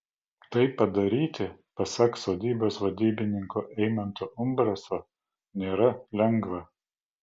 tai padaryti pasak sodybos vadybininko eimanto umbraso nėra lengva